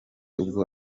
ubwo